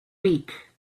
week